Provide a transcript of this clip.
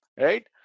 right